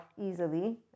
easily